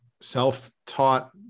Self-taught